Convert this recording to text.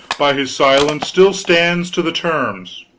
by his silence, still stands to the terms.